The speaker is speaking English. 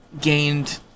gained